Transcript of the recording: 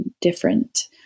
different